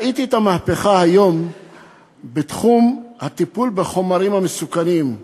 ראיתי את המהפכה היום בתחום הטיפול בחומרים המסוכנים.